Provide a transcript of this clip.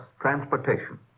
transportation